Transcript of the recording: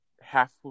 Half